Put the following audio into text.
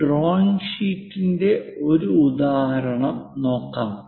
ഒരു ഡ്രോയിംഗ് ഷീറ്റിന്റെ ഒരു ഉദാഹരണം നോക്കാം